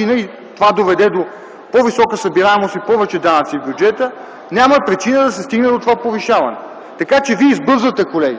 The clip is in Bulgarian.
и това доведе до по-висока събираемост и повече данъци в бюджета, няма причина да се стигне до това повишаване. Така че вие избързвате, колеги!